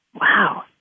Wow